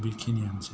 बेखिनियानोसै